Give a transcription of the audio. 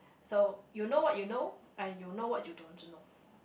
so you know what you know and you know what you don't know